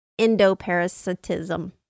endoparasitism